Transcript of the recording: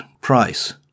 price